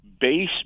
base